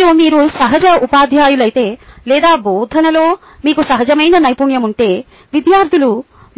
మరియు మీరు సహజ ఉపాధ్యాయులైతే లేదా బోధనలో మీకు సహజమైన నైపుణ్యం ఉంటే